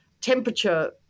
temperature